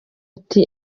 ati